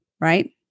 right